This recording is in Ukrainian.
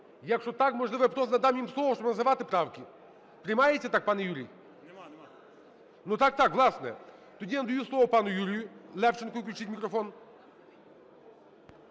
Якщо так, можливо, я просто надам їм слово, щоб не називати правки? Приймається так, пане Юрій? Ну так, так власне. Тоді надаю слово пану Юрію Левченку. Включіть мікрофон.